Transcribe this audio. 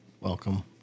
welcome